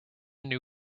new